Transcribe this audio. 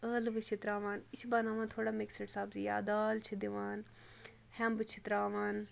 ٲلوٕ چھِ ترٛاوان یہِ چھِ بَناوان تھوڑا مِکسٕڈ سَبزی یا دال چھِ دِوان ہیمبہٕ چھِ ترٛاوان